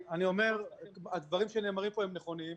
הדברים שנאמרים פה נכונים.